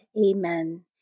Amen